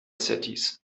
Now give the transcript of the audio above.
cities